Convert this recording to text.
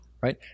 Right